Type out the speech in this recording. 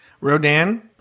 rodan